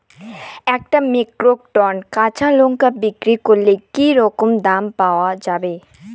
এক metric ton কাঁচা লঙ্কা বিক্রি করলে কি রকম দাম পাওয়া যাবে?